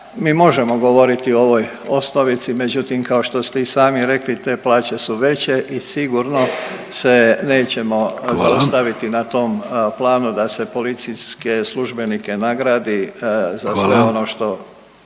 mi možemo govoriti o ovoj osnovici, međutim kao što ste i sami rekli te plaće su veće i sigurno se nećemo zaustaviti na tom …/Upadica: Hvala./… planu da se policijske službenike nagradi za sve ono što